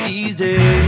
easy